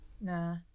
nah